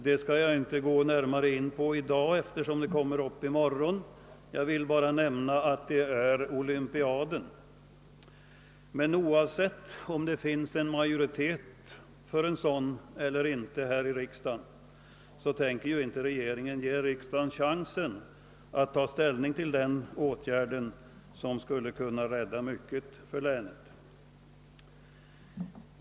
Jag skall inte gå närmare in på det nu, eftersom det kommer att behandlas i morgon, men jag vill bara nämna att jag syftar på de olympiska vinterspelen. Oavsett om det finns en majoritet för förläggandet av dessa till Jämtland eller inte här i riksdagen, avser emellertid regeringen inte att ge riksdagen möjlighet att ta ställning till denna åtgärd, som skulle kunna betyda mycket för länet.